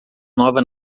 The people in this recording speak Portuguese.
nova